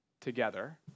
together